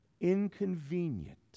inconvenient